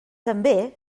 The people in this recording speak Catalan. també